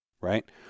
right